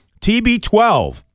TB12